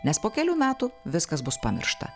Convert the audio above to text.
nes po kelių metų viskas bus pamiršta